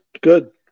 Good